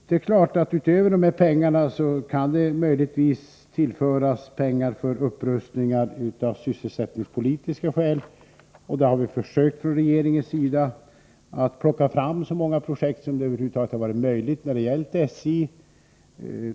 Det är klart att utöver dessa pengar kan det möjligen tillföras pengar för upprustning av sysselsättningspolitiska skäl. Vi har från regeringens sida försökt att plocka fram så många projekt som över huvud taget varit möjligt när det gällt SJ.